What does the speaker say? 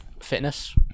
Fitness